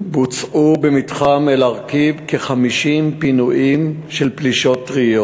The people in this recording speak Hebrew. בוצעו במתחם אל-עראקיב כ-50 פינויים של פלישות טריות.